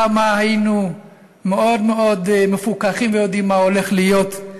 כמה היינו מאוד מאוד מפוכחים ויודעים מה הולך להיות.